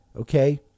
okay